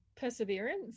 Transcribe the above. perseverance